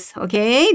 okay